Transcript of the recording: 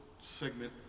segment